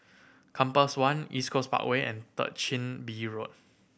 Compass One East Coast Parkway and Third Chin Bee Road